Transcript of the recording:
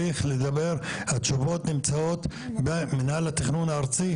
שהתשובות נמצאות במנהל התכנון הארצי?